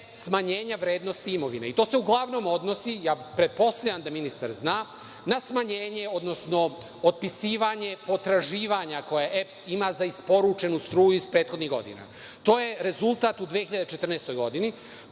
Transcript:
smanjenja vrednosti imovine. To se uglavnom odnosi, pretpostavljam da ministar zna, na smanjenje, odnosno otpisivanje potraživanja koja EPS ima za isporučenu struju iz prethodnih godina. To je rezultat u 2014. godini.